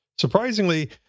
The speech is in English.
Surprisingly